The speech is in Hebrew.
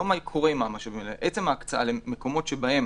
לא מה קורה עם המשאבים האלה אלא עצם ההקצאה למקומות בהם